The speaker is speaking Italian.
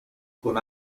con